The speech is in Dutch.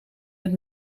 het